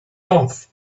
off